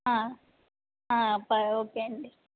ప ఓకే అండి